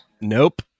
Nope